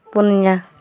ᱯᱩᱱᱭᱟ